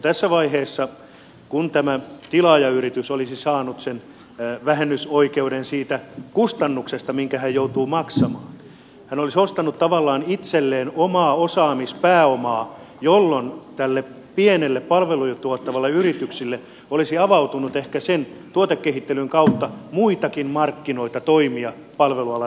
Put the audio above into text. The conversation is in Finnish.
tässä vaiheessa kun tämä tilaajayritys olisi saanut sen vähennysoikeuden siitä kustannuksesta minkä se joutuu maksamaan se olisi ostanut tavallaan itselleen omaa osaamispääomaa jolloin tälle pienelle palveluja tuottavalle yritykselle olisi avautunut ehkä sen tuotekehittelyn kautta muitakin markkinoita toimia palvelualan yrityksenä